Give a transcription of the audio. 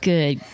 Good